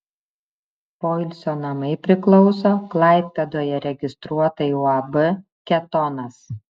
poilsio namai priklauso klaipėdoje registruotai uab ketonas